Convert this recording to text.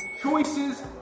Choices